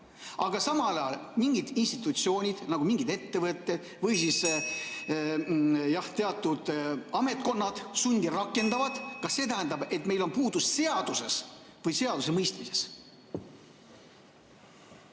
aga samal ajal mingid institutsioonid, ettevõtted või teatud ametkonnad, sundi rakendavad, see tähendab, et meil on puudus seaduses või seadusemõistmises?